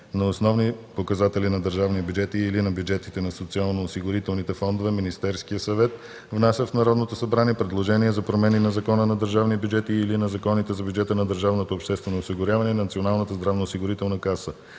на основни показатели на държавния бюджет и/или на бюджетите на социалноосигурителните фондове, Министерският съвет внася в Народното събрание предложение за промени на Закона за държавния бюджет и/или на законите за бюджета на държавното обществено осигуряване и на Националната здравноосигурителна каса.